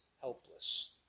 helpless